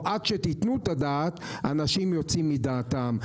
או עד שתתנו את הדעת אנשים יוצאים מדעתם.